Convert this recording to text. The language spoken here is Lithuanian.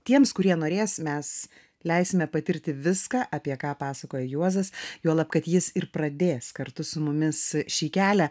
tiems kurie norės mes leisime patirti viską apie ką pasakoja juozas juolab kad jis ir pradės kartu su mumis šį kelią